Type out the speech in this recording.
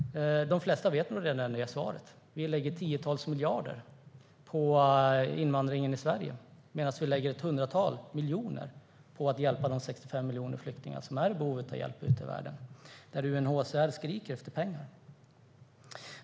De flesta vet redan svaret. Vi lägger tiotals miljarder på invandringen i Sverige medan vi lägger ett hundratal miljoner på att hjälpa de 65 miljoner flyktingar ute i världen som är i behov av hjälp, och UNHCR skriker efter pengar.